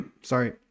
Sorry